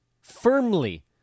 firmly